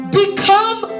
become